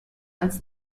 als